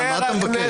מה אתה מבקש?